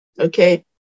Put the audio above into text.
okay